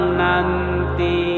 nanti